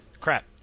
Crap